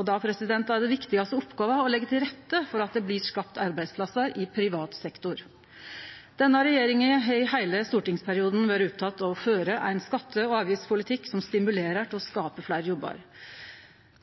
er den viktigaste oppgåva å leggje til rette for at det blir skapt arbeidsplassar i privat sektor. Denne regjeringa har i heile stortingsperioden vore oppteken av å føre ein skatte- og avgiftspolitikk som stimulerer til å skape fleire jobbar.